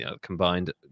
combined